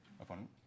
Opponent